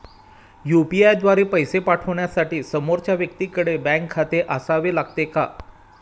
UPI द्वारा पैसे पाठवण्यासाठी समोरच्या व्यक्तीकडे बँक खाते असावे लागते का?